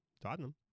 Tottenham